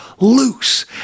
Loose